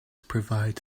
provides